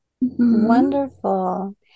Wonderful